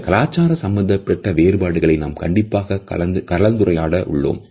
இந்த கலாச்சாரம் சம்பந்தப்பட்ட வேறுபாடுகளையும் நாம் கண்டிப்பாக கலந்துரையாட உள்ளோம்